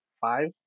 five